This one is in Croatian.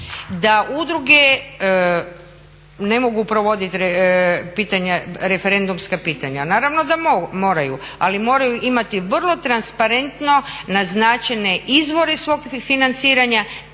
da udruge ne mogu provodi referendumska pitanja, naravno da moraju, ali moraju imati vrlo transparentno naznačene izvore svog financiranja,